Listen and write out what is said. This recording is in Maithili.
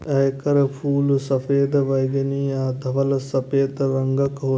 एकर फूल सफेद, बैंगनी आ धवल सफेद रंगक होइ छै